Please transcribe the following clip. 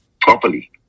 properly